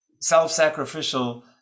self-sacrificial